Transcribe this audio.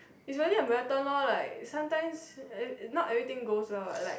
is very a marathon loh like sometimes not everything goes down like